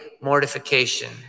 mortification